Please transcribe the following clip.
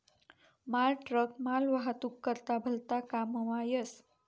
मालट्रक मालवाहतूक करता भलता काममा येस